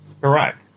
Correct